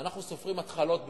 אנחנו סופרים התחלות בנייה.